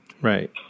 Right